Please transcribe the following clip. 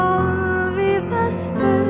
olvidaste